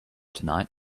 tonight